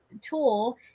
tool